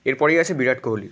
এরপরেই আছে বিরাট কোহলি